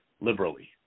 liberally